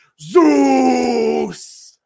ZEUS